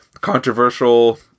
controversial